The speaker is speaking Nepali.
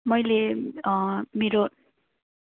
मैले मेरो